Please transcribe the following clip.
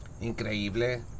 increíble